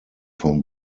from